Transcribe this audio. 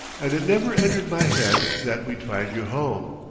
and it never entered my head that we'd find you home.